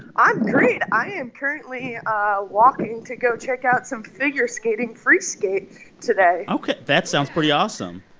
i'm great. i am currently um ah walking to go check out some figure skating free skate today ok. that sounds pretty awesome.